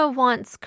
wants